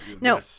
No